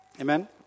Amen